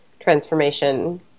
transformation